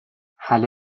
حله